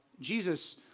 jesus